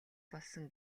болсон